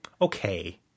Okay